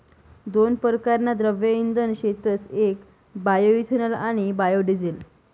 दोन परकारना द्रव्य इंधन शेतस येक बायोइथेनॉल आणि बायोडिझेल